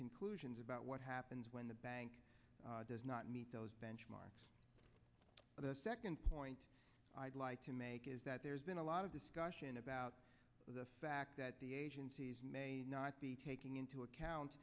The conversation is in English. conclusions about what happens when the bank does not meet those benchmarks but the second point i'd like to make is that there's been a lot of discussion about the fact that the agencies may not be taking into account